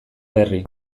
berri